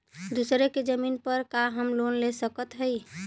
दूसरे के जमीन पर का हम लोन ले सकत हई?